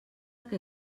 que